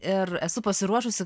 ir esu pasiruošusi